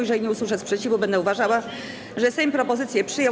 Jeżeli nie usłyszę sprzeciwu, będę uważała, że Sejm propozycję przyjął.